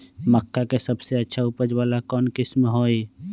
मक्का के सबसे अच्छा उपज वाला कौन किस्म होई?